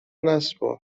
نسپار